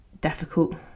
difficult